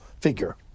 figure